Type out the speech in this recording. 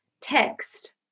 text